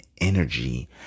energy